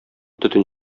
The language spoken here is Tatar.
төтен